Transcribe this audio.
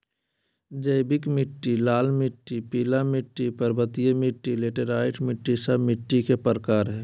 जैविक मिट्टी, लाल मिट्टी, पीला मिट्टी, पर्वतीय मिट्टी, लैटेराइट मिट्टी, सब मिट्टी के प्रकार हइ